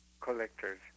collectors